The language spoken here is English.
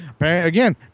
Again